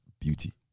beauty